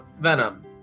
venom